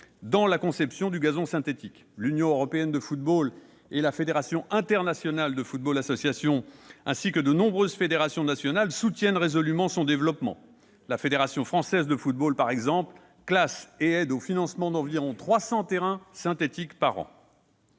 dans la conception du gazon synthétique. L'Union des associations européennes de football et la Fédération internationale de football association, ainsi que de nombreuses fédérations nationales soutiennent résolument son développement. Par exemple, la Fédération française de football classe et aide au financement d'environ 300 terrains synthétiques par an.